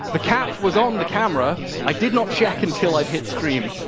the cap was on the camera! i did not check until i'd hit stream.